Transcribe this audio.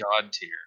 god-tier